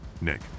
Nick